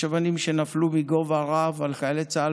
יש אבנים שנפלו מגובה רב על חיילי צה"ל